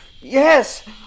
Yes